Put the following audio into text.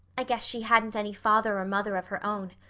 i guess she hadn't any father or mother of her own.